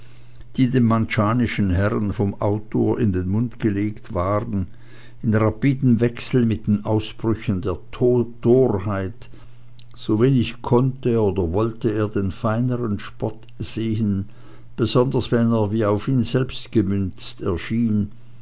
die dem manchanischen herren vom autor in den mund gelegt waren in rapidem wechsel mit den ausbrüchen der torheit sowenig konnte oder wollte er den feinern spott sehen besonders wenn er wie auf ihn selbst gemünzt erschien